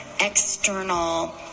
external